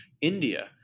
India